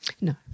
No